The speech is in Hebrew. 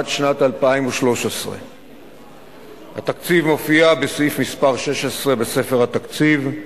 עד שנת 2013. התקציב מופיע בסעיף מס' 16 בספר התקציב,